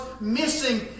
missing